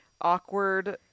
awkward